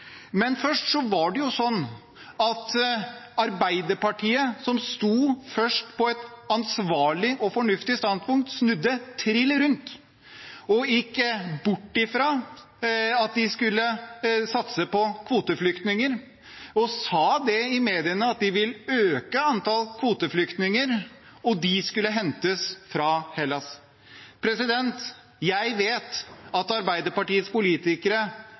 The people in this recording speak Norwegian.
Men ta først Arbeiderpartiet: De sto først på et ansvarlig og fornuftig standpunkt, men snudde trill rundt og gikk bort fra at vi skulle satse på kvoteflyktninger. De sa i mediene at de ville øke antall kvoteflyktninger, og de skulle hentes fra Hellas. Jeg vet at Arbeiderpartiets politikere